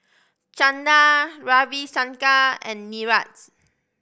Chanda Ravi Shankar and Niraj